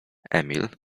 emil